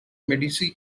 medici